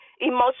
emotional